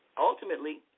ultimately